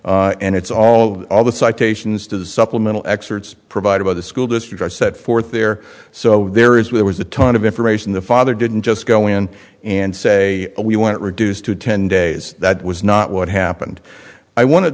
and it's all of all the citations to the supplemental experts provided by the school district are set forth there so there is where was a ton of information the father didn't just go in and say we want reduced to ten days that was not what happened i